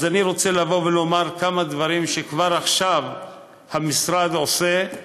אני רוצה לומר כמה דברים שכבר עכשיו המשרד עושה,